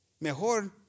Mejor